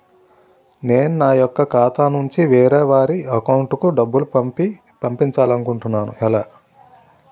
నేను నా యెక్క ఖాతా నుంచి వేరే వారి అకౌంట్ కు డబ్బులు పంపించాలనుకుంటున్నా ఎలా?